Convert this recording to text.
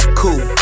cool